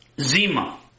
Zima